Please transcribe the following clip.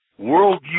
worldview